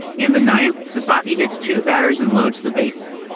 in the ninth, sasaki hits two batters and loads the bases.